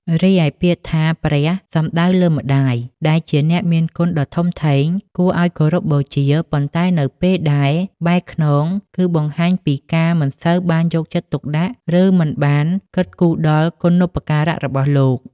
រីឯពាក្យថា "ព្រះ" សំដៅលើម្ដាយ ដែលជាអ្នកមានគុណដ៏ធំធេង គួរឲ្យគោរពបូជា ប៉ុន្តែនៅពេលដែល "បែរខ្នង" គឺបង្ហាញពីការមិនសូវបានយកចិត្តទុកដាក់ ឬមិនបានគិតគូរដល់គុណូបការៈរបស់លោក។